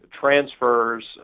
transfers